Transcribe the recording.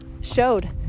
showed